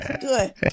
good